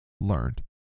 Learned